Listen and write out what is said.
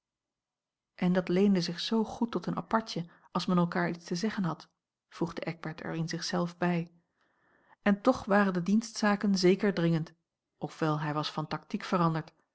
en dat leende zich zoo goed tot een apartje als men elkaar iets te zeggen had voegde eckbert er in zich zelf bij en toch waren de dienstzaken zeker dringend of wel hij was van tactiek veranderd